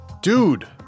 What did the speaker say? Dude